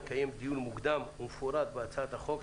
נקיים דיון מוקדם ומפורט בהצעת החוק.